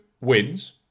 wins